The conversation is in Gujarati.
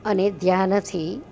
અને ધ્યાનથી